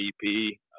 VP